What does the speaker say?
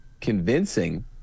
convincing